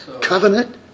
Covenant